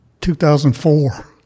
2004